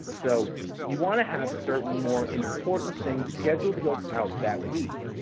so you want to have certain more important things scheduled to go out that week,